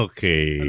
Okay